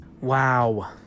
Wow